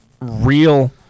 real